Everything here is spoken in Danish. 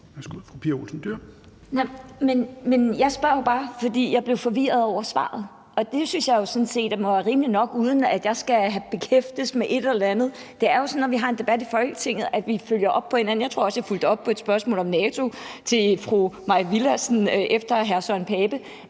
jeg spørger jo bare, fordi jeg blev forvirret over svaret. Og det synes jeg jo sådan set må være rimeligt nok uden at jeg skal behæftes med et eller andet. Det er jo sådan, når vi har en debat i Folketinget, at vi følger op på hinanden. Jeg tror også, jeg fulgte op på et spørgsmål om NATO til fru Mai Villadsen efter hr. Søren Pape